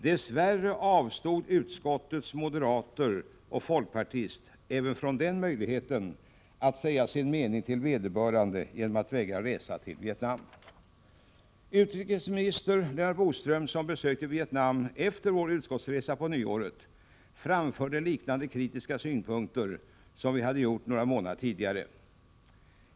Dess värre avstod utskottets moderater och folkpartist även från den möjligheten att säga sin mening till vederbörande genom att vägra resa till Vietnam. Utrikesminister Lennart Bodström, som besökte Vietnam efter vår utskottsresa på nyåret, framförde liknande kritiska synpunkter, som vi hade gjort några månader tidigare.